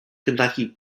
kentucky